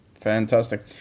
Fantastic